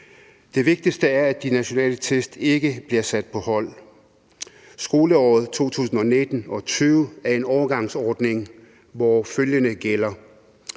Det vigtigste er, at de nationale test ikke bliver sat på hold. Skoleåret 2019-20 er en overgangsordning, hvor følgende gælder: